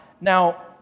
now